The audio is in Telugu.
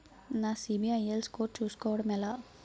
నా సిబిఐఎల్ స్కోర్ చుస్కోవడం ఎలా?